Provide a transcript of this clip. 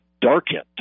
darkened